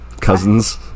cousins